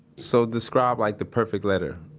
so describe, like, the perfect letter